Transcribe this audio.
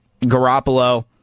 Garoppolo